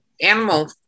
animal